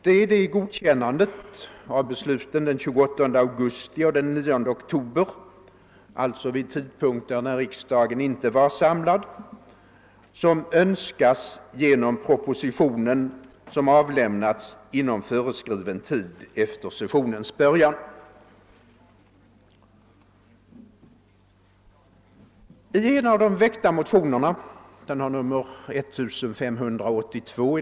Det är detta godkännande av besluten den 28 augusti och den 9 oktober — alltså vid tidpunkter när riksdagen inte var samlad — som önskas genom propositionen, avlämnad inom föreskriven tid efter sessionens början.